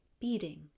beating